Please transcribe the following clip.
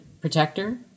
Protector